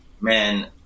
Man